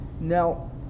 Now